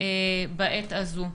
בעת הזו.